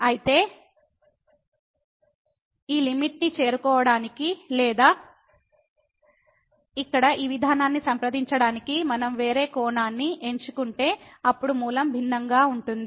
కాబట్టి ఈ లిమిట్ ని చేరుకోవటానికి లేదా ఇక్కడ ఈ విధానాన్ని సంప్రదించడానికి మనం వేరే కోణాన్ని ఎంచుకుంటే అప్పుడు మూలం భిన్నంగా ఉంటుంది